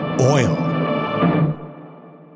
Oil